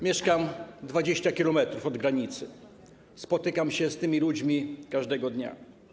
Mieszkam 20 km od granicy, spotykam się z tymi ludźmi każdego dnia.